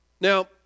Now